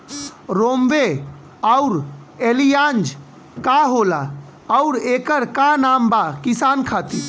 रोम्वे आउर एलियान्ज का होला आउरएकर का काम बा किसान खातिर?